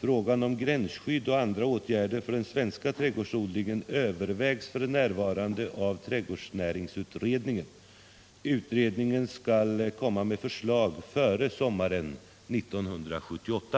Frågan om gränsskydd och andra åtgärder för den svenska trädgårdsodlingen övervägs f.n. av trädgårdsnäringsutredningen. Utredningen skall komma med förslag före sommaren 1978.